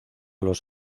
los